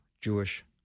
Jewish